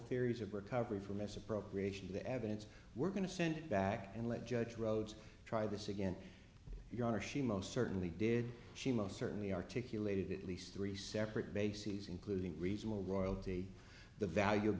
theories of recovery for misappropriation the evidence we're going to send back and let judge rhodes try this again your honor she most certainly did she most certainly articulated at least three separate bases including reasonable royalty the value of